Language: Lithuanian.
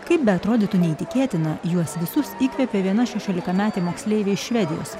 kaip beatrodytų neįtikėtina juos visus įkvėpė viena šešiolikametė moksleivė švedijos